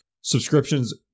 Subscriptions